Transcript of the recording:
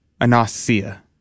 Anastasia